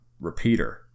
repeater